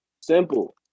Simple